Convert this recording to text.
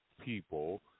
people